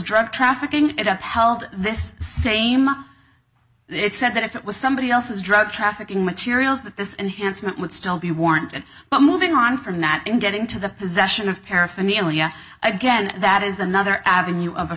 drug trafficking it upheld this same it said that if it was somebody else's drug trafficking materials that this and handsome it would still be warranted but moving on from that and get into the possession of paraphernalia again that is another avenue of a